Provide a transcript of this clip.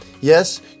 Yes